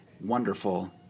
wonderful